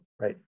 right